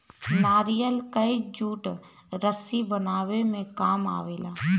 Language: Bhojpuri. नारियल कअ जूट रस्सी बनावे में काम आवेला